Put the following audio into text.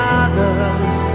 others